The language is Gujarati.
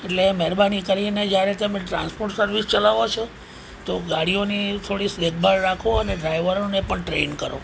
એટલે મહેરબાની કરીને જ્યારે તમે ટ્રાન્સપોર્ટ સર્વિસ ચલાવો છો તો ગાડીઓની થોડી દેખભાળ રાખો અને ડ્રાઇવરોને પણ ટ્રેન કરો